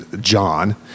John